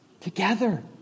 together